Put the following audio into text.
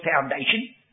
foundation